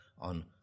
on